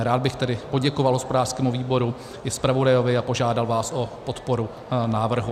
Rád bych tedy poděkoval hospodářskému výboru i zpravodajovi a požádal vás o podporu návrhu.